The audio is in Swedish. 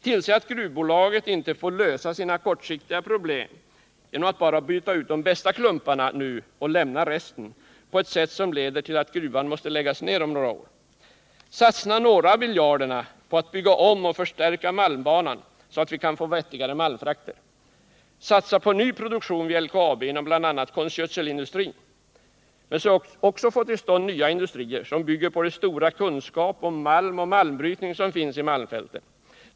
Tillse att gruvbolaget inte får lösa sina kortsiktiga problem genom att bara bryta ut de bästa klumparna nu och lämna resten på ett sätt som leder till att gruvan måste läggas ner om några år. Satsa några av miljarderna på att bygga om och förstärka malmbanan så att vi kan få vettigare malmfrakter. Satsa på ny produktion vid LKAB inom bl.a. | konstgödselindustrin, men sök också få till stånd nya industrier som bygger på den stora kunskap om malm och malmbrytning som finns i malmfälten.